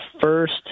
first